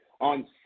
on